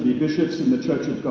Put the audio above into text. bishops in the